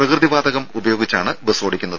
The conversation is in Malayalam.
പ്രകൃതിവാതകം ഉപയോഗിച്ചാണ് ബസ് ഓടിക്കുന്നത്